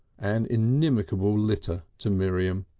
an inimical litter to miriam.